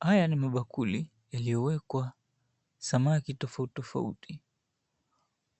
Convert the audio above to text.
Haya ni mabakuli yaliyowekwa samaki tofauti tofauti.